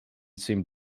seemed